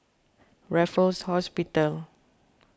Raffles Hospital